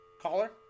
Caller